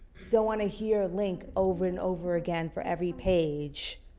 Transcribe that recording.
don't want to hear link over and over. again for every page.